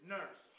Nurse